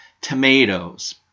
tomatoes